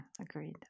agreed